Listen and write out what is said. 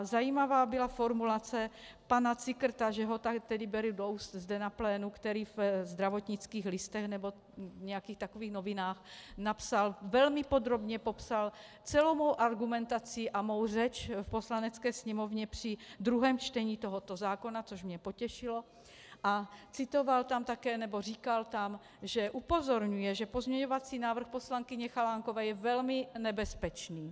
Zajímavá byla formulace pana Cikrta, že ho tady beru do úst zde na plénu, který ve Zdravotnických listech nebo nějakých takových novinách napsal, velmi podrobně popsal celou mou argumentaci a mou řeč v Poslanecké sněmovně při druhém čtení tohoto zákona, což mě potěšilo, a citoval tam také, nebo říkal tam, že upozorňuje, že pozměňovací návrh poslankyně Chalánkové je velmi nebezpečný.